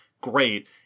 great